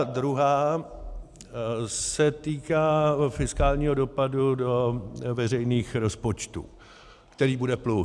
druhá se týká fiskálního dopadu do veřejných rozpočtů, který bude plus.